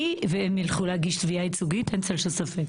והם ילכו להגיש תביעה ייצוגית, אין צל של ספק.